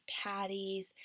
patties